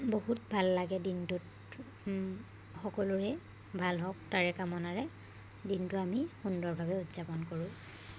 বহুত ভাল লাগে দিনটোত সকলোৰে ভাল হওক তাৰে কামনাৰে দিনটো আমি সুন্দৰভাৱে উদযাপন কৰোঁ